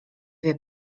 wie